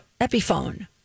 Epiphone